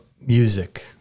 music